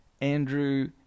Andrew